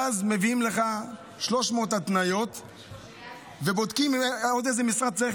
ואז מביאים לך 300 התניות ובודקים איזה משרד צריך